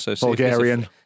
Bulgarian